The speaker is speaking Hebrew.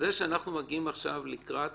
זה שאנחנו מגיעים עכשיו לקראת